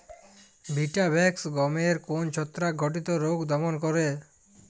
Vitavax গমের কোন ছত্রাক ঘটিত রোগ দমন করে?